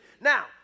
Now